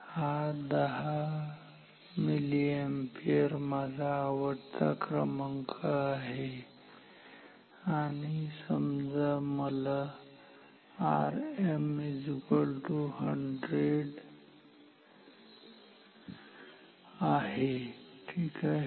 हा 10 मिलीअॅम्पियर माझा आवडता क्रमांक आहे आणि समजा Rm 100 Ω आहे ठीक आहे